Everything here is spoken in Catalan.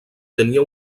tenia